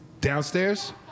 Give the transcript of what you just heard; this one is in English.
downstairs